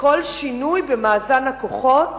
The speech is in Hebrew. כל שינוי במאזן הכוחות,